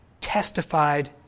testified